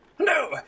No